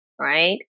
Right